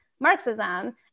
Marxism